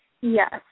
Yes